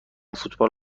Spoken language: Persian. فوتبال